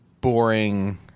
boring